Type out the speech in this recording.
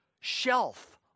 shelf